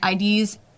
IDs